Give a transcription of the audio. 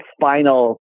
final